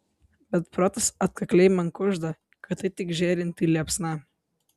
bet protas atkakliai man kužda kad tai tik žėrinti liepsna